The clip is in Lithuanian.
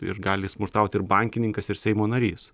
ir gali smurtauti ir bankininkas ir seimo narys